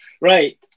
Right